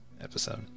episode